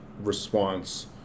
response